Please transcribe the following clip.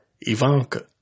Ivanka